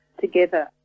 together